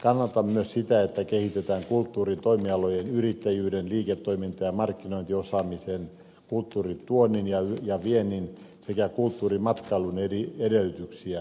kannatan myös sitä että kehitetään kulttuurin toimialojen yrittäjyyden liiketoiminta ja markkinointiosaamisen kulttuurituonnin ja viennin sekä kulttuurimatkailun edellytyksiä